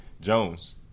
Jones